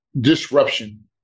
disruption